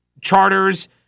charters